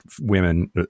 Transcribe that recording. women